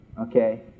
Okay